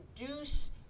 reduce